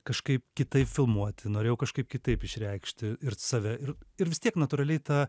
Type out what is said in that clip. kažkaip kitaip filmuoti norėjau kažkaip kitaip išreikšti save ir ir vis tiek natūraliai ta